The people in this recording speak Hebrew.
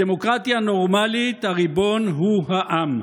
בדמוקרטיה נורמלית הריבון הוא העם.